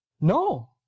no